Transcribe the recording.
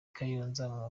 kayonza